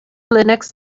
linux